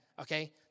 okay